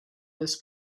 this